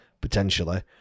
potentially